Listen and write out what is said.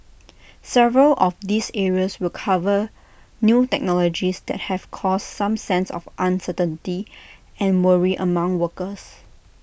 several of these areas will cover new technologies that have caused some sense of uncertainty and worry among workers